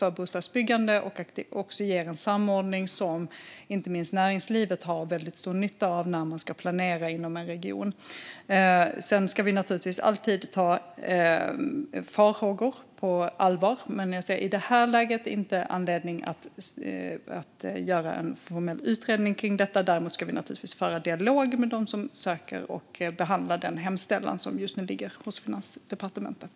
Det ger också en samordning som inte minst näringslivet har stor nytta av när man ska planera inom en region. Vi ska givetvis alltid ta farhågor på allvar, men jag ser inte i detta läge anledning att göra en formell utredning om detta. Däremot ska vi givetvis föra dialog med dem som söker och behandla den hemställan som just nu ligger hos Finansdepartementet.